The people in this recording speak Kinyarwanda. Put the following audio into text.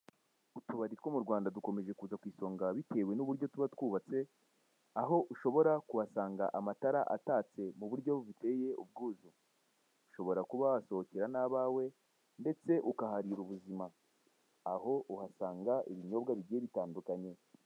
Utubari two mu Rwanda dukomeje kuza ku isonga bitewe n'ukuntu tuba twubatse, aho ushobora kuhasanga amatara atatse mu buryo buteye ubwuzu. Ushobora kuba wahasohokera n'abawe ndetse ukaharira ubuzima. Aho uhasanga ibinyobwa bigiye bitandukanye.